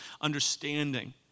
understanding